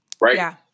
right